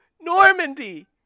Normandy